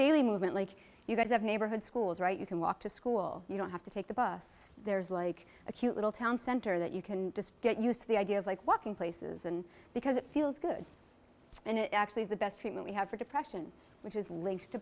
daily movement like you guys have neighborhood schools right you can walk to school you don't have to take the bus there's like a cute little town center that you can just get used to the idea of like walking places and because it feels good and actually the best treatment we have for depression which is linked to